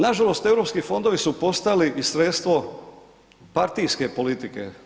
Nažalost, EU fondovi su postali i sredstvo partijske politike.